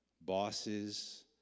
bosses